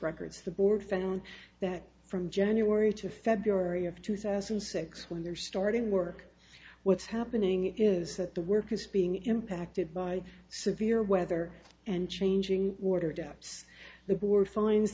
records the board found that from january to february of two thousand and six when they're starting work what's happening is that the work is being impacted by severe weather and changing water depths the board finds